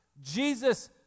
Jesus